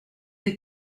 des